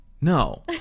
No